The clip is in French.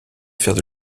faire